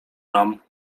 nam